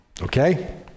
Okay